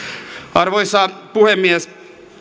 arvoisa puhemies